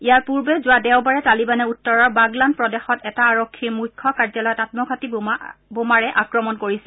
ইয়াৰ পূৰ্বে যোৱা দেওবাৰে তালিবানে উত্তৰৰ বাগলান প্ৰদেশত এটা আৰক্ষীৰ মুখ্য কাৰ্যালয়ত আম্মঘাতী বোমা আক্ৰমণ কৰিছিল